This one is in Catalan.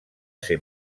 ser